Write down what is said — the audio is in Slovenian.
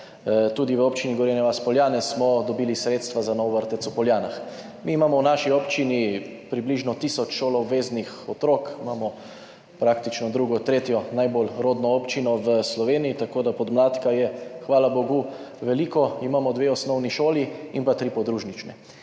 Tudi v občini Gorenja vas - Poljane smo dobili sredstva za nov vrtec v Poljanah. Mi imamo v naši občini približno tisoč šoloobveznih otrok, imamo praktično drugo, tretjo najbolj rodno občino v Sloveniji, tako da podmladka je hvala bogu veliko. Imamo dve osnovni šoli in tri podružnične,